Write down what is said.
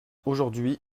aujourd’hui